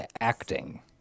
acting